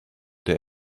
der